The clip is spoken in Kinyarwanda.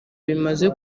bimaze